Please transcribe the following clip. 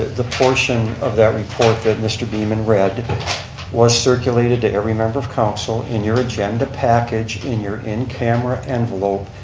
the portion of that report that mr. beaman read was circulated to every member of council in your agenda package in your in camera envelope.